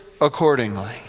accordingly